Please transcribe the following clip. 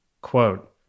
quote